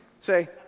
say